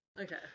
Okay